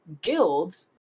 guilds